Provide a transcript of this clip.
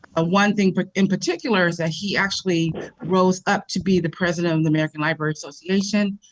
ah one thing but in particular is that he actually rose up to be the president of the american library association.